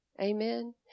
Amen